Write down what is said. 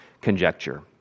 conjecture